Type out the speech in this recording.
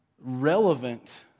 relevant